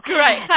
Great